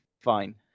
fine